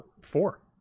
four